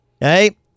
Hey